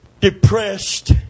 depressed